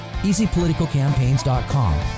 EasyPoliticalCampaigns.com